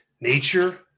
nature